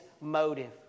motive